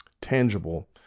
tangible